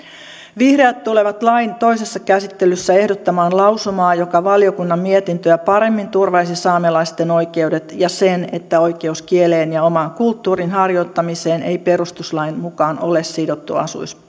vihreät tulevat lain toisessa käsittelyssä ehdottamaan lausumaa joka valiokunnan mietintöä paremmin turvaisi saamelaisten oikeudet ja sen että oikeus kieleen ja oman kulttuurin harjoittamiseen ei perustuslain mukaan ole sidottu